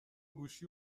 گوشی